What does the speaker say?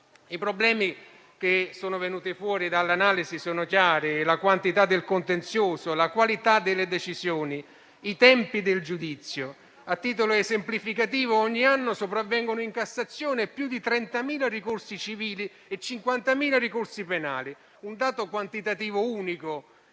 I problemi che sono venuti fuori dall'analisi sono chiari: la quantità del contenzioso, la qualità delle decisioni, i tempi del giudizio. A titolo esemplificativo, ogni anno sopravvengono in Cassazione più di 30.000 ricorsi civili e 50.000 ricorsi penali, un dato quantitativo unico